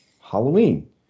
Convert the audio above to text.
Halloween